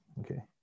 Okay